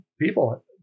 people